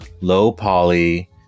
low-poly